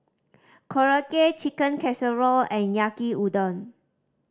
Korokke Chicken Casserole and Yaki Udon